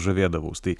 žavėdavaus tai